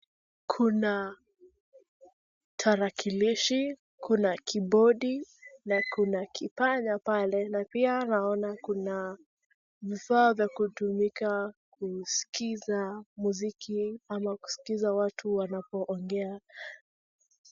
Kuna tarakilishi, kuna kibodi na kuna kipanya pale na pia naona kuna vifaa vya kutumika kusikiza muziki ama kusikiza watu wanapoongea.